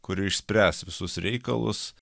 kuri išspręs visus reikalus